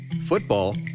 Football